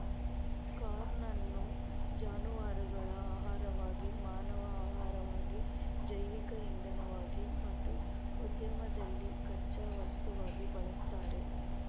corn ಅನ್ನು ಜಾನುವಾರುಗಳ ಆಹಾರವಾಗಿ, ಮಾನವ ಆಹಾರವಾಗಿ, ಜೈವಿಕ ಇಂಧನವಾಗಿ ಮತ್ತು ಉದ್ಯಮದಲ್ಲಿ ಕಚ್ಚಾ ವಸ್ತುವಾಗಿ ಬಳಸ್ತಾರೆ